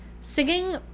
singing